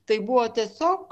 tai buvo tiesiog